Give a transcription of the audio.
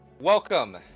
Welcome